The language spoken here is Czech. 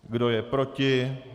Kdo je proti?